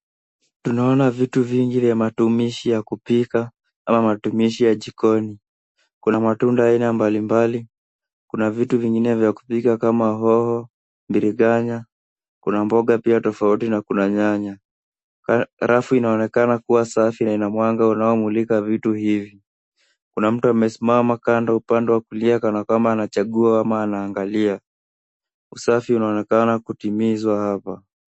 Tunaona vitu vingi vya matumizi ya kupika ama matumizi ya jikoni. Kuna matunda aina mbalimbali, kuna vitu vingine vya kupika kama hoho, biringanya, kuna mboga pia tofauti na kuna nyanya. Rafu inaonekana kuwa safi na ina mwanga inaomulika vitu hivi. Kuna mtu amesimama kando upande wa kulia kana kwamba anachagua ama anaangalia. Usafi unaonekana kutimizwa hapa.